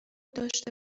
داشته